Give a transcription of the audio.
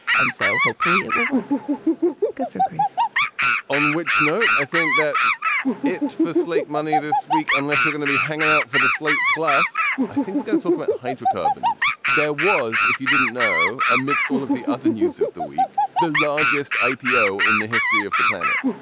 and so hopefully it will work good for greece on which note. i think that's it for slate money this week. unless you're going to be hanging out for the slate. plus, i think we got to talk about hydrocarbons. there was, if you didn't know. amidst all of the other news of the week, the largest ipo in the history of the planet,